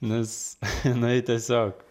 nes jinai tiesiog